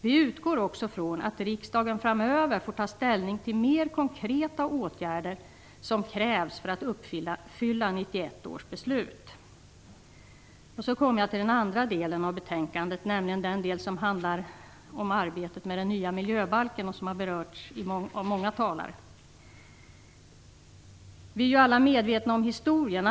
Vi utgår också från att riksdagen framöver får ta ställning till mer konkreta åtgärder som krävs för att uppfylla 1991 Jag övergår nu till den andra delen av betänkandet, nämligen den del som handlar om arbetet med den nya miljöbalken, som har berörts av många talare. Vi är alla medvetna om historien.